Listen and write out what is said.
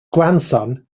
grandson